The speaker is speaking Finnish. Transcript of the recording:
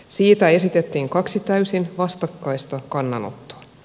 siitä esitettiin kaksi täysin vastakkaista kannanottoa